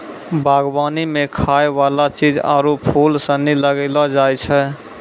बागवानी मे खाय वाला चीज आरु फूल सनी लगैलो जाय छै